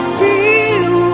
feel